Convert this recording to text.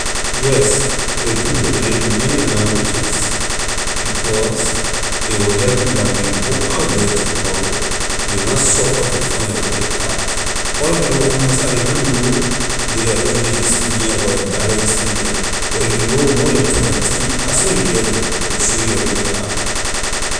Yes a good to learn many languages because a will help you la when you go out the tomorrow you will na suffer to find your way out other people on la side ley na know ley your english you speaking here or your dialect you speak here but if you know more than two or three as soon you get the ley will show you your way out.